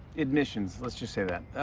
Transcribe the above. admissions let's just say that.